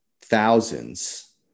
thousands